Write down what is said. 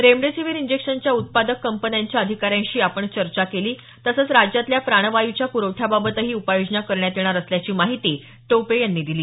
remdesivir इंजेक्शनच्या उत्पादक कंपन्यांच्या अधिकाऱ्यांशी आपण चर्चा केली तसंच राज्यातल्या प्राणवायूच्या प्रवठ्याबाबतही उपाययोजना करण्यात येणार असल्याची माहिती त्यांनी दिली